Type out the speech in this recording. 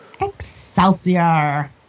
Excelsior